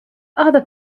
other